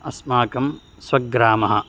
अस्माकं स्वग्रामः